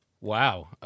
Wow